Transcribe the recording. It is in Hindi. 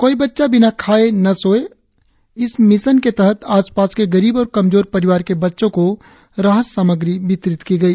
कोई बच्चा बिना खाना खाएं न सोए इस मिशन के तहत आसपास के गरीब और कमजोर परिवार के बच्चों को राहत सामग्री वितरित की गई